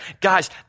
Guys